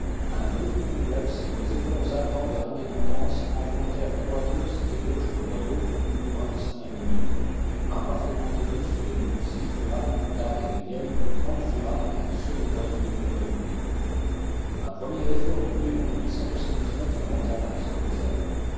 un groupe complexe dont les efforts ardents vers l'indépendance enfantèrent tour à tour ces ébauches de royaumes aux contours indistincts et mobiles imparfaitement connus sous les noms de cisjurane d'arles et de vienne de ïransjurane et de second royaume de bourgogne un premier effort eut lieu en à mantalla sur